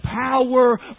power